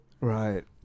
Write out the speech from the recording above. Right